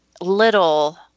little